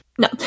No